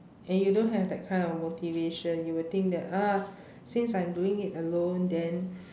and you don't have that kind of motivation you will think that ah since I'm doing it alone then